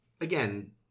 again-